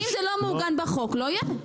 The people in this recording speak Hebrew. ואם זה לא מעוגן בחוק זה לא יהיה.